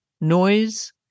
noise